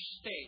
state